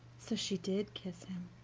so she did kiss him